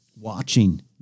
watching